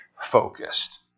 focused